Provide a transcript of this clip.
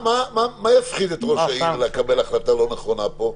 מה יפחיד את ראש העיר לקבל החלטה לא נכונה פה?